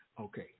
Okay